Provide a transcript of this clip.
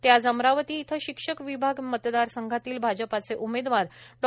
ते आज अमरावती इथ शिक्षक विभाग मतदारसंघातील भाजपचे उमेदवार डॉ